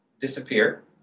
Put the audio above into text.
disappear